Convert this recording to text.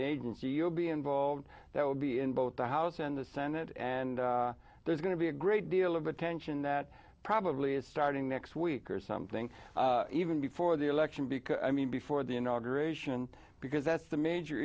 agency you'll be involved there will be in both the house and the senate and there's going to be a great deal of attention that probably is starting next week or something even before the election because i mean before the inauguration because that's the major